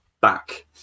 back